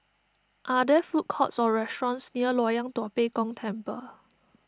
are there food courts or restaurants near Loyang Tua Pek Kong Temple